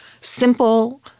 simple